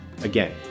again